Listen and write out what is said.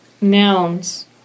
nouns